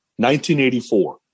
1984